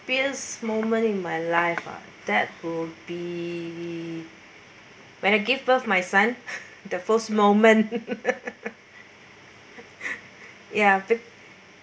happiest moment in my life ah that will be when I gave birth my son the first moment ya